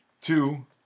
Two